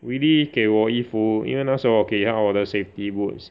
Weelee 给我衣服因为那时候我给他我的 safety boots